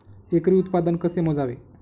एकरी उत्पादन कसे मोजावे?